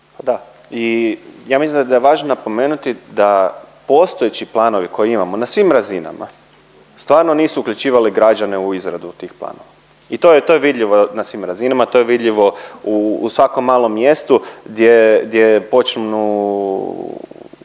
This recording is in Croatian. Da i ja mislim da je važno napomenuti da postojeći planovi koje imamo na svim razinama stvarno nisu uključivali građane u izradu tih planova i to je vidljivo na svim razinama, to je vidljivo u svakom malom mjestu gdje počnu